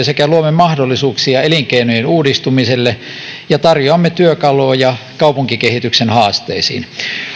sekä luomme mahdollisuuksia elinkeinojen uudistumiselle ja tarjoamme työkaluja kaupunkikehityksen haasteisiin